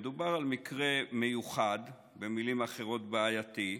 מדובר על מקרה מיוחד, ובמילים אחרות: בעייתי,